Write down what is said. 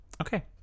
Okay